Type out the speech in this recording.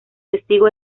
testigo